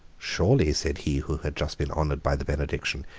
surely, said he who had just been honoured by the benediction,